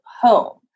home